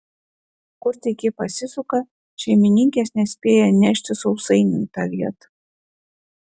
kur tik ji pasisuka šeimininkės nespėja nešti sausainių į tą vietą